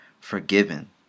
forgiven